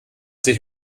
sich